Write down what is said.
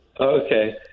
Okay